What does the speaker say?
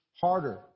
harder